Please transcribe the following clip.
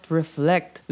reflect